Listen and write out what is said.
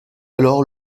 alors